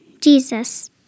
Jesus